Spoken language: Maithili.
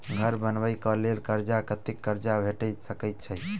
घर बनबे कऽ लेल कर्जा कत्ते कर्जा भेट सकय छई?